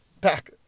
Back